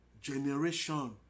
generation